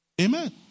Amen